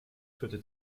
führte